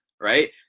right